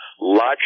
logic